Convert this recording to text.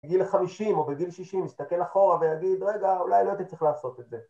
בגיל 50 או בגיל 60, מסתכל אחורה ויגיד, רגע, אולי לא הייתי צריך לעשות את זה.